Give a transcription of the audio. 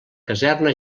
caserna